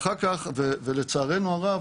ולצערנו הרב,